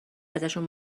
ازشون